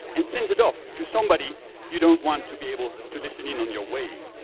and sends it off to somebody you don't want to be able to listen in on your wave?